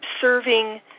serving